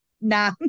nah